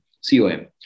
c-o-m